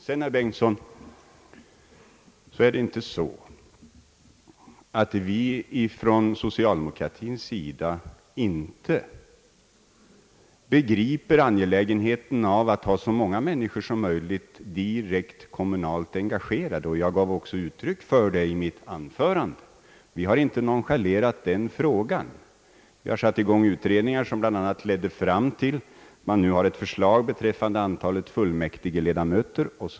Sedan, herr Bengtson, är det inte så att vi från socialdemokratins sida inte begriper angelägenheten av att ha så många människor som möjligt direkt kommunalt engagerade, och jag gav också uttryck för det i mitt förra anförande, Vi har inte nonchalerat den frågan. Vi har satt i gång utredningar som bland annat lett fram till att det nu föreligger ett förslag beträffande antalet fullmäktigeledamöter.